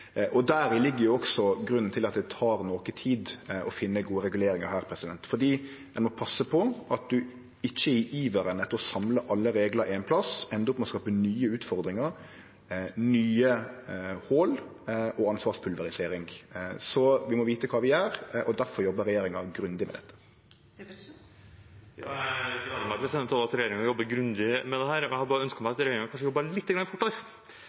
også grunnen til at det tek litt tid å finne gode reguleringar her, fordi ein må passe på at ein ikkje – i iveren etter å samle alle reglar på éin plass – endar opp med å skape nye utfordringar, nye hol og ansvarspulverisering. Så vi må vite kva vi gjer, og difor jobbar regjeringa grundig med dette. Jeg gleder meg over at regjeringen jobber grundig med dette, men jeg hadde bare ønsket at regjeringen kanskje